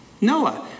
Noah